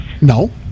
No